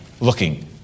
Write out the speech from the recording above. looking